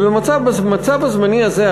ובמצב הזמני הזה,